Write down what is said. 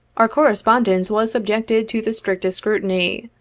our correspondence was subjected to the strictest scrutiny,